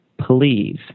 please